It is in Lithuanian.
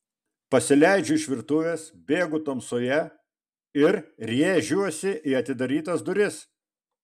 pasileidžiu iš virtuvės bėgu tamsoje ir rėžiuosi į atidarytas duris